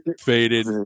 Faded